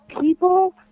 people